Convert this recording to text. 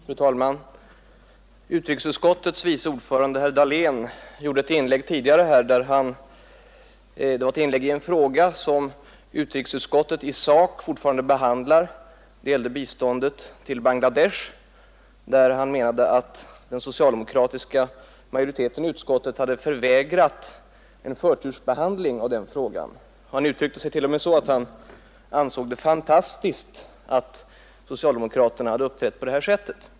Fru talman! Utrikesutskottets vice ordförande herr Dahlén gjorde tidigare ett inlägg i en fråga som utrikesutskottet i sak fortfarande behandlar, nämligen biståndet till Bangladesh. Herr Dahlén sade att den socialdemokratiska majoriteten i utskottet hade förvägrat en förtursbehandling av den frågan. Han uttryckte sig t.o.m. så att han ansåg det fantastiskt att socialdemokraterna hade uppträtt på det sättet.